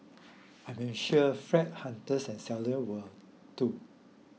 I'm ensure flat hunters and seller will too